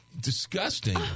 disgusting